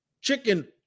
chicken